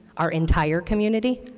our entire community.